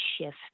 shift